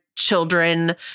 children